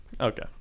Okay